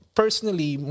personally